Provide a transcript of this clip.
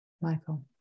Michael